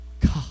God